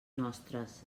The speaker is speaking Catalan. nostres